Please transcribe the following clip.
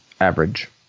average